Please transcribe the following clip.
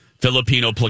Filipino